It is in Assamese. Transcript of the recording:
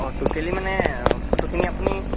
অঁ ট'কেন মানে ফটোখিনি আপুনি